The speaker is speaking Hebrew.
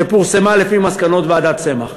שפורסמה לפי מסקנות ועדת צמח.